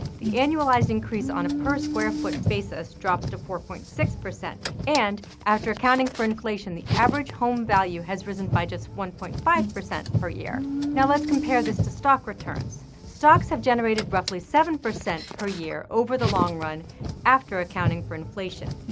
the annualized increase on a per-square-foot basis drops to four point six. and, after accounting for inflation, the average home value has risen by just one point five per year. now, let's compare this to stock returns. stocks have generated roughly seven percent per year over the long run after accounting for inflation.